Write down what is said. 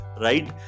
Right